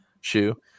shoe